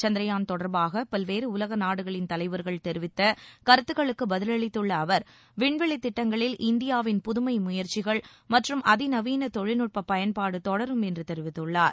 சந்திரயான் தொடர்பாக பல்வேறு உலக நாடுகளின் தலைவர்கள் தெரிவித்த கருத்துக்களுக்கு பதிலளித்துள்ள அவர் விண்வெளி திட்டங்களில் இந்தியாவின் புதுமை முயற்சிகள் மற்றும் அதிநவீன தொழில்நுட்ப பயன்பாடு தொடரும் என்று தெரிவித்துள்ளார்